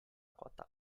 kota